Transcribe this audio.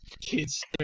Kids